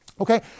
Okay